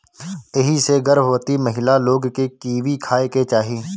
एही से गर्भवती महिला लोग के कीवी खाए के चाही